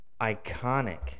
iconic